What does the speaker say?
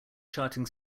charting